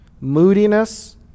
moodiness